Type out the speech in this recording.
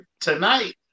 tonight